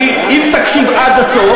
אם תקשיב עד הסוף,